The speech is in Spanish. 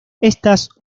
estas